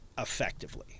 effectively